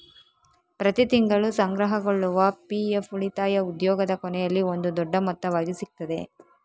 ಪ್ರತಿ ತಿಂಗಳು ಸಂಗ್ರಹಗೊಳ್ಳುವ ಪಿ.ಎಫ್ ಉಳಿತಾಯ ಉದ್ಯೋಗದ ಕೊನೆಯಲ್ಲಿ ಒಂದು ದೊಡ್ಡ ಮೊತ್ತವಾಗಿ ಸಿಗ್ತದೆ